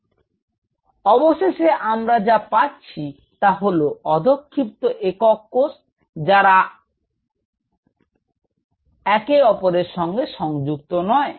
তো অবশেষে আমরা যা পাচ্ছি তা হল অধঃক্ষিপ্ত একক কোষ যারা আর একে অপরের সঙ্গে সংযুক্ত নয়